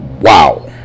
Wow